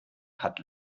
hat